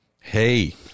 Hey